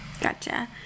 Gotcha